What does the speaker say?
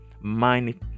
mind